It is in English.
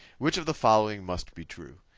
which of the following must be true?